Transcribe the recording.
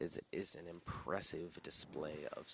it is an impressive display of